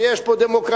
שיש פה דמוקרטיה,